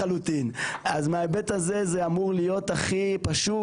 אז מההיבט הזה זה אמור להיות הכי פשוט.